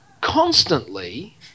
constantly